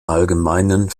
allgemeinen